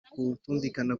ukutumvikana